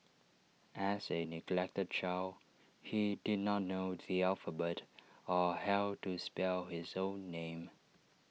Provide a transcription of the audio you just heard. as A neglected child he did not know the alphabet or how to spell his own name